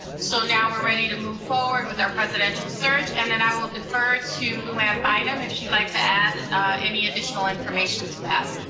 so now we're ready to move forward with our presidential search, and then i will refer to lou anne bynum if she'd like to add any additional information to that.